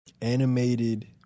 animated